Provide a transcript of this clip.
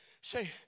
Say